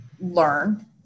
learn